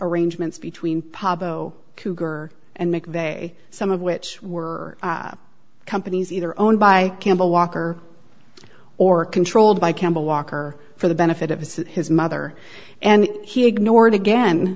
arrangements between pabo cougar and mcveigh some of which were companies either owned by campbell walker or controlled by campbell walker for the benefit of his his mother and he ignored again